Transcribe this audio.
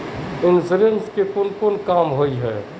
Insurance के कोन काम होय है?